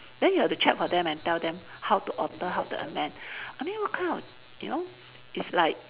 then you have to check for them and tell them how to alter how to amend I mean what kind of you know it's like